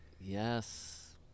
yes